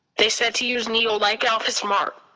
they said to use neo like alpha smart.